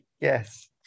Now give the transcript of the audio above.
yes